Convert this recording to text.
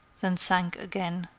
then sank again.